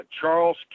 Charles